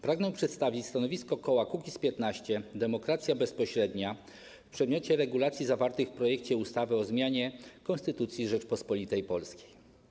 Pragnę przedstawić stanowisko koła Kukiz’15 - Demokracja Bezpośrednia w przedmiocie regulacji zawartych w projekcie ustawy o zmianie Konstytucji Rzeczypospolitej Polskiej.